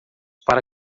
para